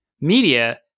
media